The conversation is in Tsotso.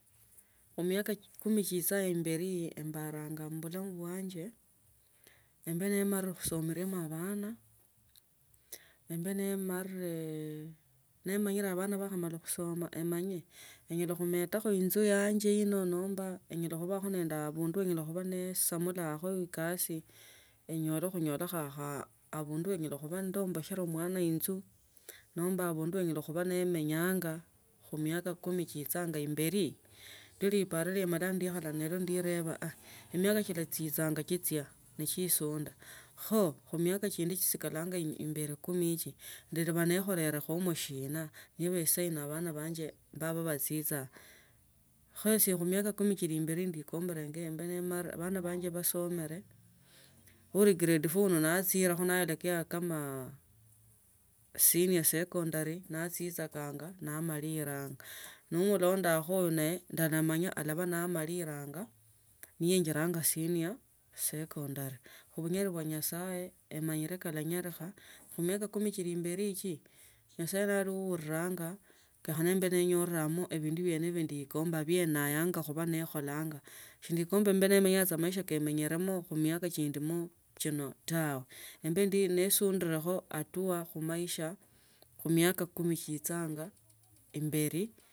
Khumiaka kumia chichanga imberi ano imbaranga mubulamu bwanye embe nemarine khusomelamo abana embe nemarire nemanyire abona bamarire khusoma emanye enyala khumatakho enzy yanje ino nomba enyala khubakho nende abundu andi enyala khubaa nesomelekho ekasi enyole kunyola abundu enyala khuombesherea omwana inzu nomba abundu enyala khubaa nemenyange khumiaka kumi chiechanga imberi, ndilo lipara lie emonya nikhala ninaha emiaka chilanghichanga chichia nie chiesunda kho khumiaka khumiaka chindi chisakala imberi kumi iehi ndabere ni kholemo shindu shina niba saino abana banye mbabo bachichanga kho esie khu miaka kumi imbeli ndikombang’a embe nemaririse abana banje basomele uli grade 4 nachira abe naelekea kama senior secondary nachichanga namalilanga nolondakho un naye ndalamanya alaba namalilanga nenjiranga senior secondary khu bunyali bwa nyasaye emanyire kalanyalikha khumiaka kumi kili imberi nyasaye alabaa kenyekhana ibu ninyorere ebindu biene bie ndikombanga vienanyanga khulaa nikholanga sindokombanga inze nimenyanga maisha kemenyelamo khu miaka chi ndimi chino tawe. Ebe nesundirokho hatua khumaisha khumiaka kumi chichanga imberi.